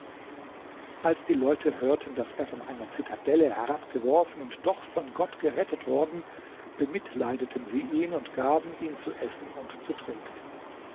als die leute hörten daß er von einer zitadelle herabgeworfen und doch von gott gerettet worden bemitleideten sie ihn und gaben ihm zu essen und zu trinken